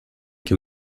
que